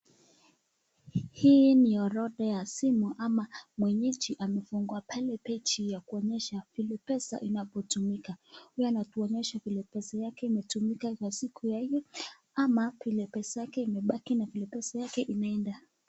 Hii ni orodha ya simu ama mwenyeji amefungua pale peji ya kuonyesha hili pesa inapotumika huyu anatuonyesha vile pesa yake imetumika Kwa siku ya hiyo ama vile pesa yake imepaki na vile pesa yake imeenda.